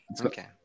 Okay